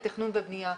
לתכנון ובנייה.